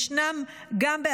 ישנם גם,